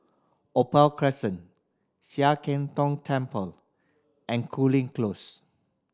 Opal Crescent Sian Keng Tong Temple and Cooling Close